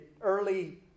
early